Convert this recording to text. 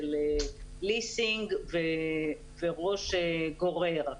של ליסינג וראש גורר.